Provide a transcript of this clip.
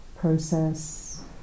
process